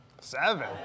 Seven